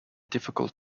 difficult